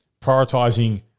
prioritizing